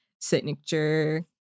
signature